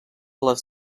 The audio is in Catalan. les